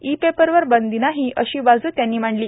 E पेपरवर बंदी नाही अशी बाजू त्यांनी मांडली